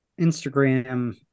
Instagram